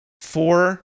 Four